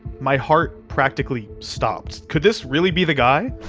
my heart practically stopped. could this really be the guy?